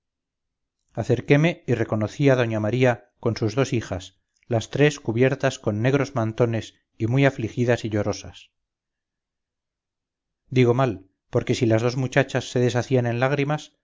acerqueme y reconocí a doña maría con sus dos hijas las tres cubiertas con negros mantones y muy afligidas y llorosas digo mal porque si las dos muchachas se deshacían en lágrimas